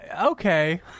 okay